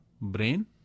brain